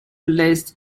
list